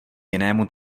jinému